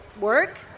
work